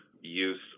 use